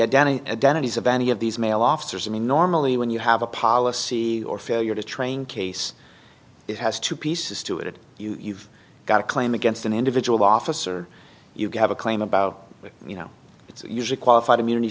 identity at denny's of any of these male officers i mean normally when you have a policy or failure to train case it has two pieces to it you've got a claim against an individual officer you have a claim about it you know it's usually qualified immunity